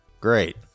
great